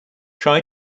try